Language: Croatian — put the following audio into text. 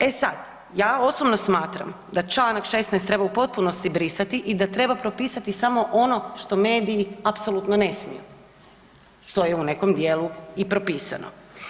E sad, ja osobno smatram da čl. 16 treba u potpunosti brisati i da treba propisati samo ono što mediji apsolutno ne smiju, što je u nekom dijelu i propisano.